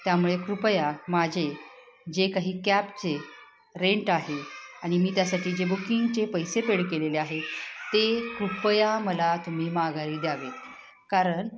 त्यामुळे कृपया माझे जे काही कॅबचे रेंट आहे आणि मी त्यासाठी जे बुकिंगचे पैसे पेड केलेले आहेत ते कृपया मला तुम्ही माघारी द्यावे कारण